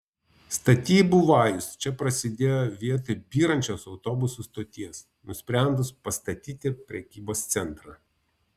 statybų vajus čia prasidėjo vietoj byrančios autobusų stoties nusprendus pastatyti prekybos centrą